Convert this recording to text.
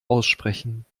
aussprechen